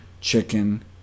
chicken